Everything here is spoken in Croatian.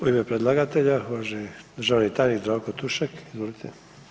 U ime predlagatelja uvaženi državni tajnik Zdravko Tušek, izvolite.